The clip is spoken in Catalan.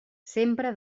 sempre